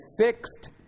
fixed